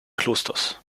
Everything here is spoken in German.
klosters